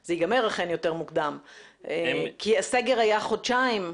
וזה ייגמר אכן יותר מוקדם, כי הסגר היה חודשיים.